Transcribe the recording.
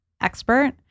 expert